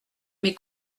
mes